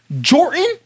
Jordan